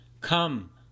come